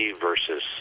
versus